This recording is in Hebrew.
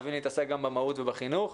חייבים להתעסק גם במהות ובחינוך.